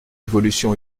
évolution